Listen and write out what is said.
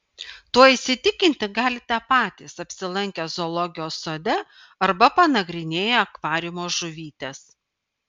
tuo įsitikinti galite patys apsilankę zoologijos sode arba panagrinėję akvariumo žuvytes